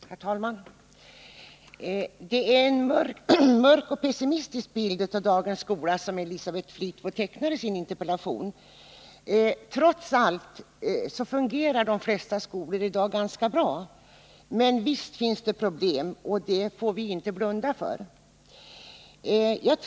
Herr talman! Det är en mörk och pessimistisk bild av dagens skola som Elisabeth Fleetwood tecknar i sin interpellation. Trots allt fungerar de flesta skolor i dag ganska bra. Men visst finns det problem — det får vi inte blunda för.